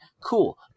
cool